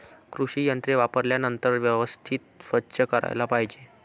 कृषी यंत्रे वापरल्यानंतर व्यवस्थित स्वच्छ करायला पाहिजे